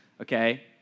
okay